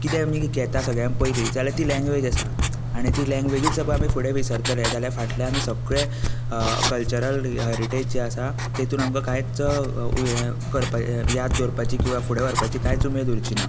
कितें आमी घेता सगल्यान पयलीं जाल्यार ती लँग्वेज आसा आनी ती लँग्वेजूच जर आमी फुडें विसरतले जाल्यार फाटले आमी सगळें कल्चरल हेरीटेज जी आसा तितून आमकां कांयच हें याद दवरपाची किंवा फुडें व्हरपाची कांयच उमेद उरची ना